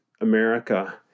America